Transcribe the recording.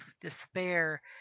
despair